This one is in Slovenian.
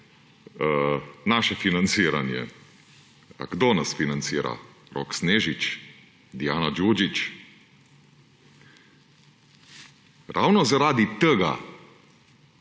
naše financiranje. Kdo nas financira? Rok Snežič? Dijana Đuđić? Ravno zaradi tega